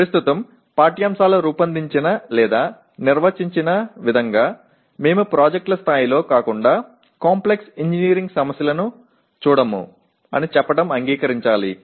కాబట్టి ప్రస్తుతం పాఠ్యాంశాలు రూపొందించిన లేదా నిర్వచించిన విధంగా మేము ప్రాజెక్టుల స్థాయిలో కాకుండా కాంప్లెక్స్ ఇంజనీరింగ్ సమస్యలను చూడము అని చెప్పడం అంగీకరించాలి